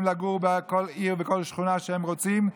לגור בכל עיר ובכל שכונה שהם רוצים.